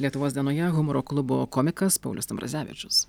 lietuvos dienoje humoro klubo komikas paulius ambrazevičius